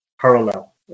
parallel